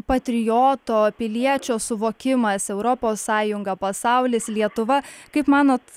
patrioto piliečio suvokimas europos sąjunga pasaulis lietuva kaip manot